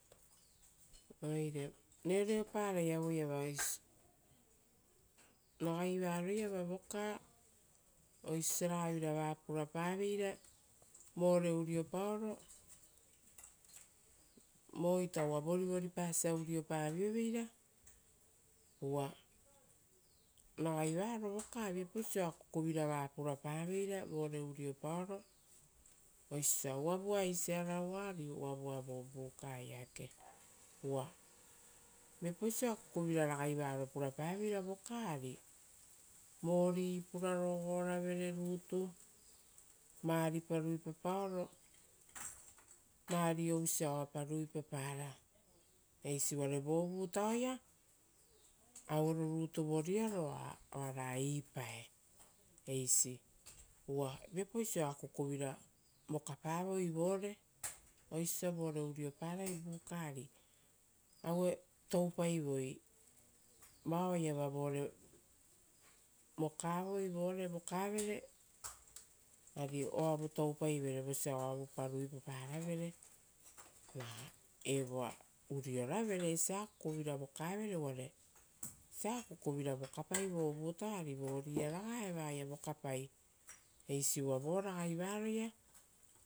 Oire reoreoparai auiava a ragai varoiava voka, osio osia ragavira va purapaveira vore uriopaoro, voita uva vori vori pasia uriopavioveira, uva ragai varo voka viapau osio akukuvira va purapaveira vore uriopaoro arawa ora eisi buka. Uva viapauso akukuvira ragai varo purapaveira voka ari vori purarogoravere rutu, varipa ruipapaoro o vari ousia oapa ruipapara eisi uvare vo vutaoia auero rutu voriaro oara ipae eisi, uva viapauso akukuvira vokapavoi vore, oisio osa vore avaparai buka ari, aue toupaivoi vitui vao oaiava voare vokavere ora ouvu toupaivere vosa oavupa ruipaparavere, evoa avarevere eisia akukuvira vokavere uvare esia akukuvira vokapai vovotao ari voriara vao oaia vokapai. Iu uva vo ragai varoia